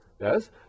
yes